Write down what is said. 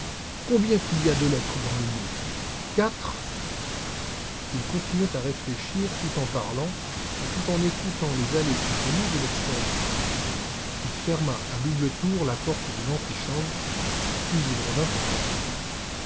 combien qu'il y a de lettres dans le mot quatre il continuait à réfléchir tout en parlant et tout en écoutant les allées et venues de l'extérieur il ferma à double tour la porte de l'antichambre puis il revint au coffre